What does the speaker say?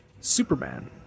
Superman